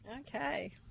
Okay